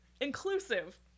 Inclusive